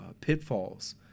Pitfalls